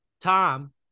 Tom